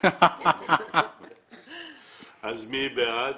מי בעד?